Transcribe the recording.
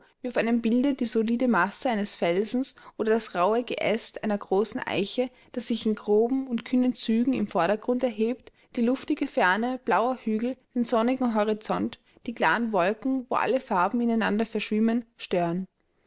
auf einem bilde die solide masse eines felsens oder das rauhe geäst einer großen eiche das sich in groben und kühnen zügen im vordergrund erhebt die luftige ferne blauer hügel den sonnigen horizont die klaren wolken wo alle farben ineinander verschwimmen stören